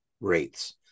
rates